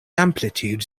amplitude